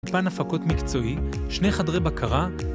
אולפן הפקות מקצועי, שני חדרי בקרה